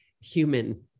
human